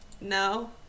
No